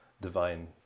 divine